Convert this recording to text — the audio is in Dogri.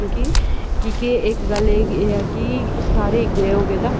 क्योंकि की के इक गल्ल एह् ऐ कि सारे इक जनेह् होगे तां